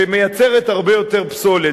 שמייצרת הרבה יותר פסולת.